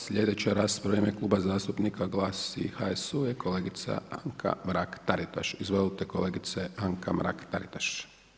Sljedeća rasprava u ime Kluba zastupnika GLAS-a i HSU-a je kolegica Anka Mrak Taritaš, izvolite kolegice Anka Mrak Taritaš.